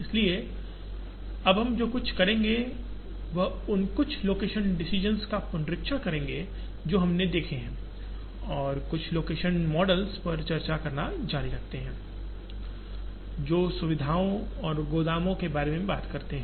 इसलिए अब हम जो कुछ करेंगे वह उन कुछ लोकेशन डिशन्स का पुनरीक्षण करेंगे जो हमने देखे हैं और कुछ लोकेशन मॉडल्स पर चर्चा करना जारी रखते हैं जो सुविधाओं और गोदामों के बारे में बात करते हैं